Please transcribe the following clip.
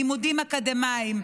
לימודים אקדמיים.